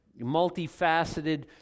multifaceted